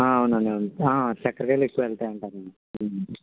అవునండి అవును చెక్కరకేళి ఎక్కువ వెళ్తాయి అంటారండి